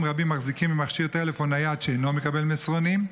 רבים מחזיקים במכשיר טלפון נייד שאינו מקבל מסרונים,